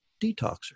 detoxer